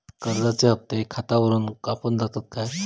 कर्जाचे हप्ते खातावरून कापून जातत काय?